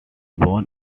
born